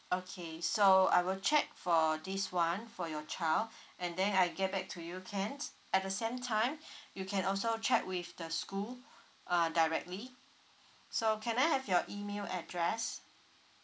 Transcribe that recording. okay so I will check for this [one] for your child and then I get back to you can at the same time you can also check with the school uh directly so can I have your email address